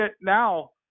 now